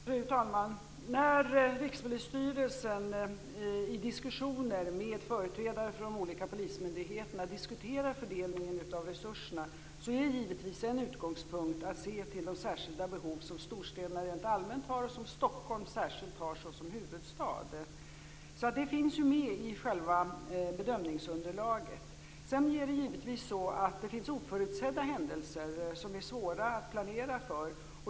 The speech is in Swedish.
Fru talman! När Rikspolisstyrelsen diskuterar fördelningen av resurserna med företrädare för de olika polismyndigheterna är givetvis en utgångspunkt att man skall se till de särskilda behov som storstäderna rent allmänt har och som Stockholm särskilt har, såsom huvudstad. Det finns alltså med i själva bedömningsunderlaget. Sedan finns det givetvis oförutsedda händelser som är svåra att planera för.